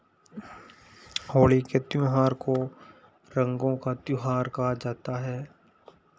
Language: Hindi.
होली के त्योहार को रंगो का त्योहार कहा जाता है